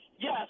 Yes